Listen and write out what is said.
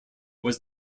was